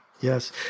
yes